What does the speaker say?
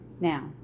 Now